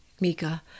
Mika